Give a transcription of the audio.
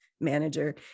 manager